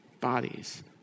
bodies